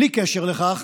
בלי קשר לכך,